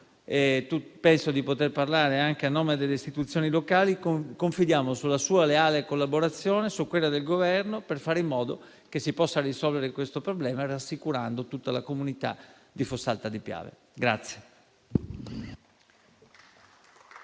e penso di poter parlare anche a nome delle istituzioni locali - nella leale collaborazione sua e del Governo per fare in modo che si possa risolvere il problema, rassicurando tutta la comunità di Fossalta di Piave.